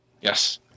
Yes